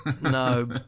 No